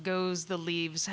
goes the leaves